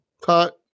cut